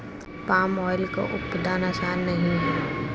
palm oil का उत्पादन आसान नहीं है